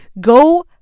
go